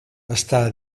està